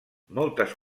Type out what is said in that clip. moltes